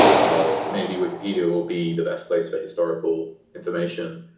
ah maybe wikipedia will be the best place for historical information,